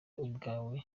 ubwawe